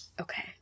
Okay